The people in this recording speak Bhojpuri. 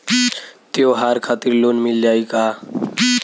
त्योहार खातिर लोन मिल जाई का?